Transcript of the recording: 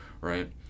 Right